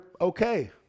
okay